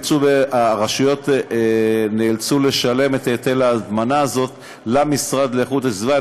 והרשויות נאלצו לשלם את ההיטל ההטמנה הזה למשרד לאיכות הסביבה,